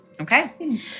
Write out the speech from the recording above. Okay